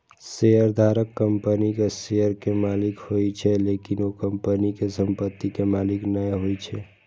शेयरधारक कंपनीक शेयर के मालिक होइ छै, लेकिन ओ कंपनी के संपत्ति के मालिक नै होइ छै